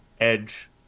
Edge